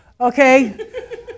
Okay